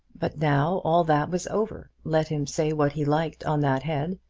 but now all that was over. let him say what he liked on that head,